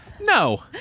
No